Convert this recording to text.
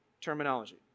terminology